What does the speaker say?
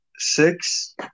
Six